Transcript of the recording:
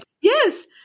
yes